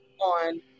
on